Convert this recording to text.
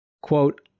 Quote